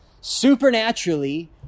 supernaturally